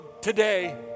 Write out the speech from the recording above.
today